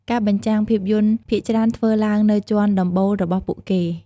ការបញ្ចាំងភាពយន្តភាគច្រើនធ្វើឡើងនៅជាន់ដំបូលរបស់ពួកគេ។